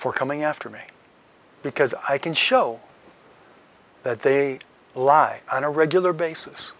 for coming after me because i can show that they lie on a regular basis